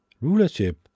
Rulership